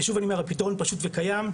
ושוב אני אומר, הפתרון פשוט וקיים.